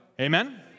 Amen